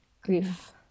grief